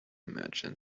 merchant